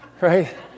Right